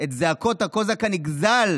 זעקות הקוזק הנגזל